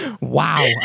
wow